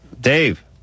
Dave